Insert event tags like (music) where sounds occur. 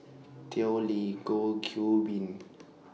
(noise) Tao Li Goh Qiu Bin and Chandra Das